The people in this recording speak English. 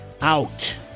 out